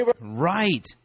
Right